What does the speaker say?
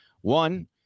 One